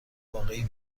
واقعی